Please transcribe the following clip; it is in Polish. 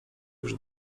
już